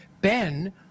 Ben